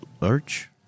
Lurch